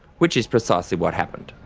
which is precisely what happened.